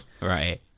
Right